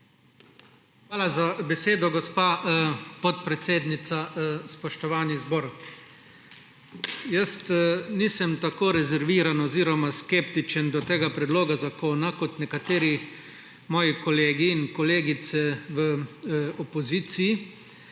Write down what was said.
Hvala za besedo, gospa podpredsednica. Spoštovani zbor! Jaz nisem tako rezerviran oziroma skeptičen do tega predloga zakona kot nekateri moji kolegi in kolegice v opoziciji.